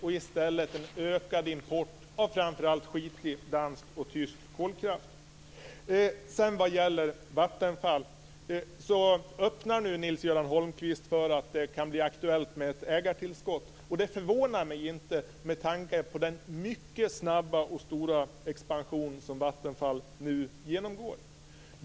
I stället ökar importen av framför allt smutsig dansk och tysk kolkraft. Holmqvist för att det kan bli aktuellt med ett ägartillskott. Det förvånar mig inte med tanke på den mycket snabba och stora expansion som Vattenfall nu genomgår.